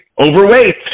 overweight